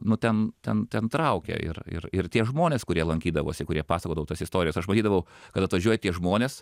nu ten ten ten traukė ir ir ir tie žmonės kurie lankydavosi kurie pasakodavo tas istorijas aš matydavau kad atvažiuoja tie žmonės